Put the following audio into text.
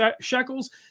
shekels